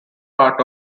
part